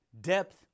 depth